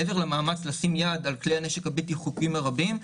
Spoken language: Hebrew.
מעבר למאמץ לשים יד על כלי הנשק הבלתי חוקיים הרבים,